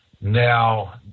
now